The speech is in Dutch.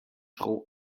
school